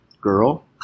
girl